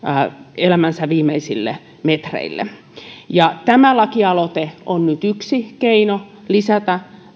elämänsä viimeisille metreille tämä lakialoite on nyt yksi keino lisätä